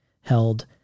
held